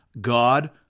God